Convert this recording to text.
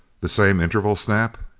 the same interval, snap?